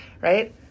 right